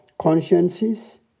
Consciences